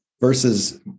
versus